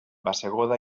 bassegoda